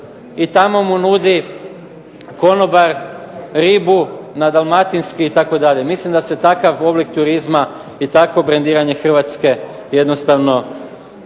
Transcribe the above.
i tamo mu nudi konobar ribu na dalmatinski itd. Mislim da se takav oblik turizma i takvo brendiranje Hrvatske jednostavno